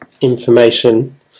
information